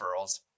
referrals